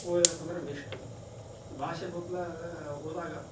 ಓದಿದ್ರಪ್ಪ ಅಂದರೆ ಬೇಷ್ಟು ಭಾಷೆ ಗೊತ್ಲಾರ್ದೆ ಹೋದಾಗ